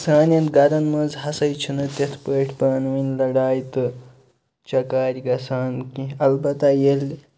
سانٮ۪ن گَرَن منٛز ہسَے چھُنہٕ تِتھ پٲٹھۍ پانہٕ وٲنۍ لَڑایہِ تہٕ چَکارِ گژھان کیٚنہہ البتہ ییٚلہِ